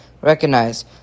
Recognize